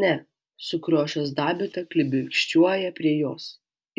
ne sukriošęs dabita klibikščiuoja prie jos